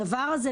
הדבר הזה,